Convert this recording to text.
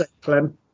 Clem